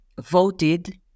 voted